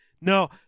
No